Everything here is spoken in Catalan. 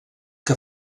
que